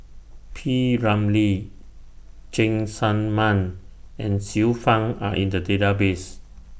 P Ramlee Cheng Tsang Man and Xiu Fang Are in The Database